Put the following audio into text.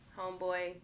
homeboy